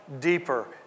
deeper